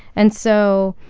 and so